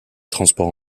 transports